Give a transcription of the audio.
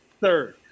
third